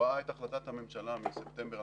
ראה את החלטת הממשלה מספטמבר 2003,